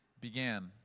began